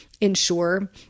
ensure